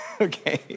okay